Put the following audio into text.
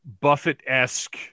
Buffett-esque